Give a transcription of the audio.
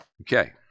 Okay